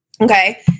Okay